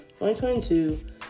2022